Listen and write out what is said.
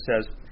says